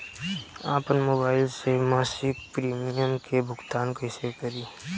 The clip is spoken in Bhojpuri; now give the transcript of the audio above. आपन मोबाइल से मसिक प्रिमियम के भुगतान कइसे करि?